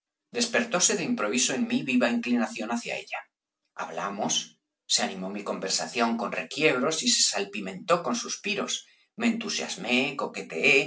despertóse de improviso en mí viva inclinación hacia ella hablamos se animó mi conversación con requiebros y se salpimentó con suspiros me entusiasmó coqueteó